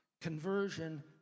conversion